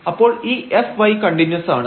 അപ്പോൾ ഈ fy continuous ആണ്